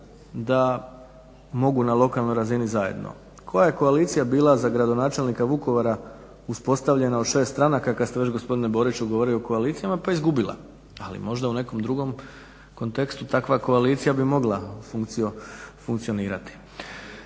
da mogu na lokalnoj razini zajedno. Koja je koalicija bila za gradonačelnika Vukovara uspostavljena od šest stranaka, kad ste već gospodine Boriću govorili o koalicijama, pa izgubila, ali možda u nekom drugom kontekstu takva koalicija bi mogla funkcionirati.